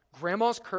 grandma's